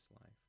life